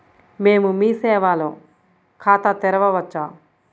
మేము మీ సేవలో ఖాతా తెరవవచ్చా?